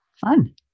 Fun